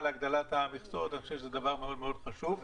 להגדלת המכסות וחושב שזה דבר מאוד מאוד חשוב.